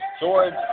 George